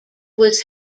was